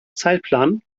zeitplan